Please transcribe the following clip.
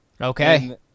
Okay